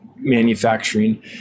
manufacturing